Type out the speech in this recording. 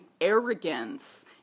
arrogance